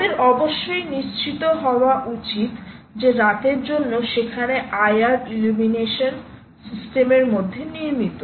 আমাদের অবশ্যই নিশ্চিত হওয়া উচিত যে রাতের জন্য সেখানে IR ইলুমিনেশন সিস্টেমের মধ্যে নির্মিত